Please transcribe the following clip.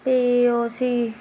ते ओह् उसी